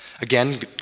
Again